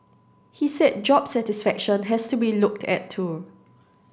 he said job satisfaction has to be looked at too